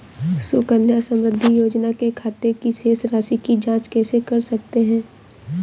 सुकन्या समृद्धि योजना के खाते की शेष राशि की जाँच कैसे कर सकते हैं?